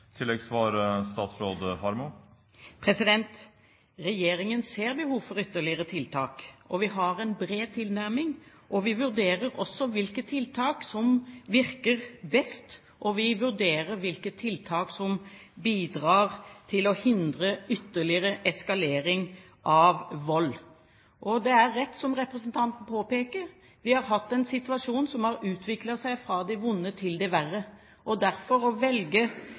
Regjeringen ser behovet for ytterligere tiltak. Vi har en bred tilnærming og vurderer også hvilke tiltak som virker best, og vi vurderer hvilke tiltak som bidrar til å hindre ytterligere eskalering av vold. Det er riktig som representanten påpeker: Vi har hatt en situasjon som har utviklet seg fra det vonde til det verre. Derfor er det å